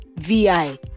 VI